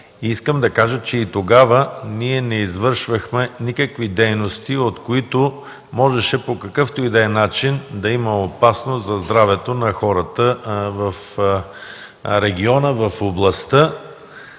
искам да кажа, че и тогава ние не извършвахме никакви дейности, от които можеше по какъвто и да е начин да има опасност за здравето на хората в региона, в областта.